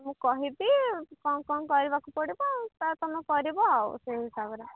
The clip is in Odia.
ମୁଁ କହିବି କ'ଣ କ'ଣ କରିବାକୁ ପଡ଼ିବ ତା ତୁମେ କରିବ ଆଉ ସେଇ ହିସାବରେ